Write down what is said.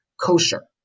kosher